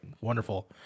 Wonderful